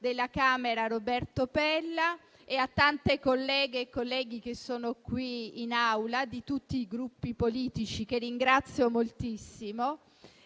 della Camera Roberto Pella e a tante colleghe e colleghi che sono qui in Aula di tutti i Gruppi politici, che ringrazio moltissimo;